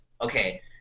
Okay